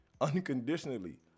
unconditionally